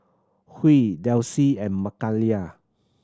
Huey Delsie and Mikayla